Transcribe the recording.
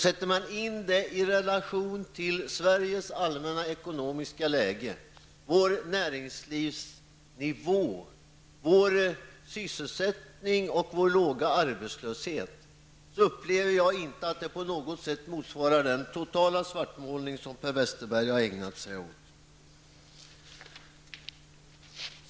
Sätter man detta i relation till Sveriges allmänna ekonomiska läge -- vår näringslivsnivå, vår sysselsättning och vår låga arbetslöshet -- upplever jag inte att det på något sätt motsvarar den totala svartmålning som Per Westerberg har ägnat sig åt.